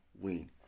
win